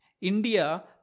India